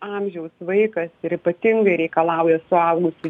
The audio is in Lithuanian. amžiaus vaikas ir ypatingai reikalauja suaugusių